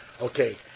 Okay